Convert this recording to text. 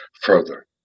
further